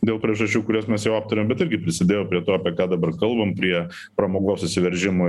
dėl priežasčių kurias mes jau aptarėm bet irgi prisidėjo prie to apie ką dabar kalbam prie pramogos susiveržimo